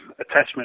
attachment